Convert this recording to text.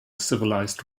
civilized